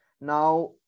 Now